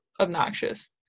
obnoxious